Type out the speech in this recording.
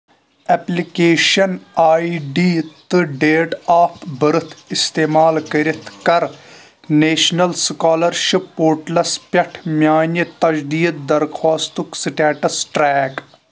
application ID تہٕ date of birth استعمال کٔرِتھ کر نیشنل سکالرشپ پورٹلس پٮ۪ٹھ میانہِ تجدیٖد درخواستُک سٹیٹس ٹریک